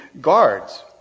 guards